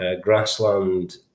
grassland